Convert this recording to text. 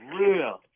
real